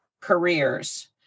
careers